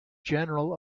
general